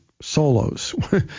solos